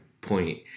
point